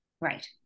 right